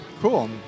Cool